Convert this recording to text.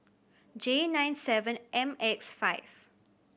J nine seven M X five